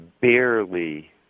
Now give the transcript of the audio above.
barely